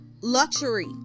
luxury